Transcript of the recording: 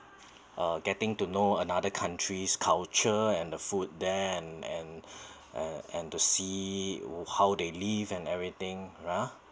uh getting to know another countries culture and the food there and and uh and to see how they live and everything ah